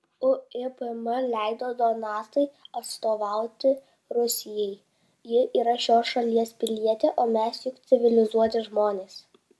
uipm leido donatai atstovauti rusijai ji yra šios šalies pilietė o mes juk civilizuoti žmonės